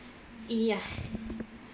ya